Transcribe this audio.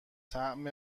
طعم